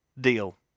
deal